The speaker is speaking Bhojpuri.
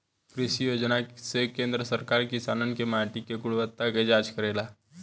कृषि योजना से केंद्र सरकार किसानन के माटी के गुणवत्ता के जाँच करेला